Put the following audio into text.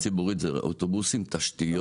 תחבורה ציבורית היא אוטובוסים, תשתיות.